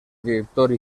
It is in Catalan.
director